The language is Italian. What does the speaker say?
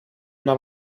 una